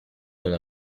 una